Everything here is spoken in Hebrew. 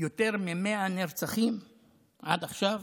יותר מ-100 נרצחים עד עכשיו